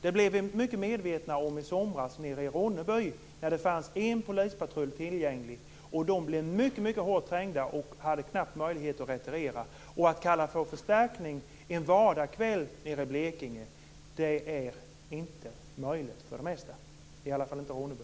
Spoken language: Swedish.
Det blev vi i Ronneby mycket medvetna om i somras, när en enda polispatrull var tillgängling. Den blev mycket hårt trängd och hade knappt möjlighet att retirera. Att kalla på förstärkning en vardagskväll i Blekinge är för det mesta inte möjligt, i varje fall inte i Ronneby.